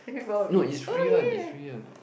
no it's free one it's free one